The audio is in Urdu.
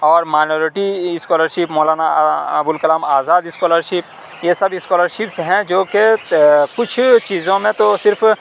اور minority scholarship Maulana Abul Kalam Azad scholarship یہ سب اسکالر شپس ہیں جو کہ کچھ چیزوں میں تو صرف